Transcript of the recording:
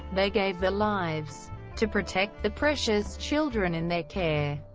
they gave their lives to protect the precious children in their care.